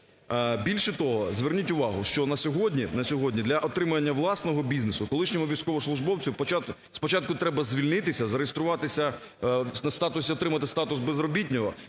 Більше того, зверніть увагу, що на сьогодні для отримання власного бізнесу колишньому військовослужбовцю спочатку треба звільнитися, зареєструватися в статусі… отримати статус безробітного,